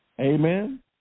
Amen